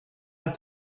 have